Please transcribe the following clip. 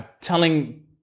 Telling